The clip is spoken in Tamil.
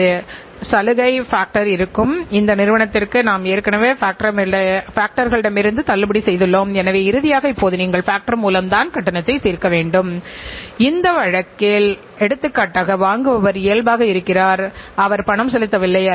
எனவே பெரும்பாலான சேவை நிறுவனங்கள் சேவை அரசு மற்றும் இலாப நோக்கற்ற நிறுவனங்கள் நிர்வாகக் கட்டுப்பாட்டு முறையை செயல்படுத்துவதில் அதிக சிரமத்தைக் கொண்டுள்ளன